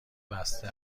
بسته